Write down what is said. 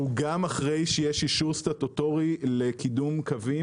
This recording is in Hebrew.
גם אחרי שיש אישור סטטוטורי לקידום קווים,